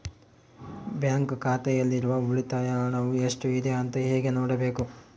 Bank ಖಾತೆಯಲ್ಲಿರುವ ಉಳಿತಾಯ ಹಣವು ಎಷ್ಟುಇದೆ ಅಂತ ಹೇಗೆ ನೋಡಬೇಕು?